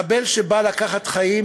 מחבל שבא לקחת חיים,